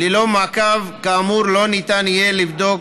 ללא מעקב כאמור, לא ניתן יהיה לבדוק